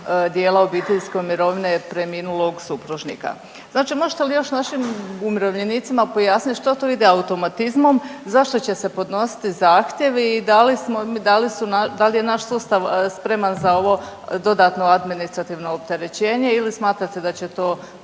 dijela obiteljske mirovine preminulog supružnika. Znači možete li još našim umirovljenicima pojasnit što to ide automatizmom, zašto će se podnositi zahtjevi i da li smo, da li su, dal je naš sustav spreman za ovo dodatno administrativno opterećenje ili smatrate da će to